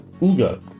Uga